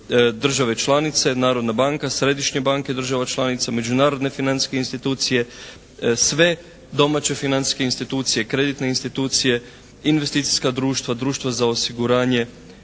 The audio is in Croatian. države članice, Narodna banka, središnje banke država članica, međunarodne financijske institucije, sve domaće financijske institucije, kreditne institucije, investicijska društva, društva za osiguranje.